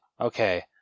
Okay